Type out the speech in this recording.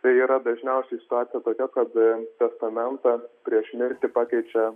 tai yra dažniausiai situacija tokia kad testamentą prieš mirtį pakeičia